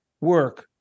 work